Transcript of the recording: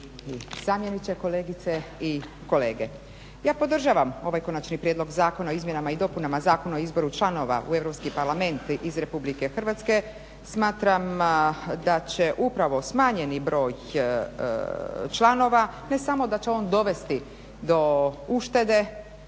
zamjeniče, kolegice i kolege. Ja podržavam ovaj Konačni prijedlog zakona o izmjenama i dopunama Zakona o izboru članova u Europski parlament iz Republike Hrvatske. Smatram da će upravo smanjeni broj članova ne samo da će on dovesti do uštede